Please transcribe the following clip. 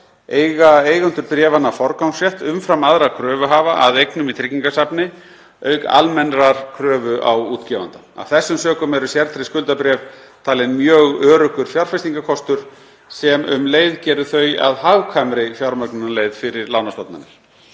eiga eigendur bréfanna forgangsrétt umfram aðra kröfuhafa að eignum í tryggingasafni, auk almennrar kröfu á útgefanda. Af þessum sökum eru sértryggð skuldabréf talin mjög öruggur fjárfestingarkostur, sem um leið gerir þau að hagkvæmri fjármögnunarleið fyrir lánastofnanir.